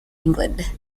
england